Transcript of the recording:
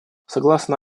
согласно